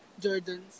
Jordans